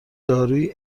دارویی